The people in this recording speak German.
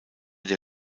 der